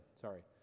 sorry